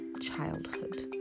childhood